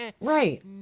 right